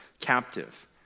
captive